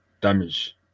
damage